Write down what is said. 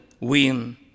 win